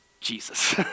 Jesus